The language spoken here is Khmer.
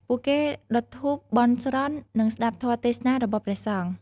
ពួកគេដុតធូប បន់ស្រន់ និងស្តាប់ធម៌ទេសនារបស់ព្រះសង្ឃ។